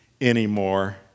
anymore